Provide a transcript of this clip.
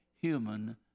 human